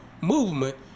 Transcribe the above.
movement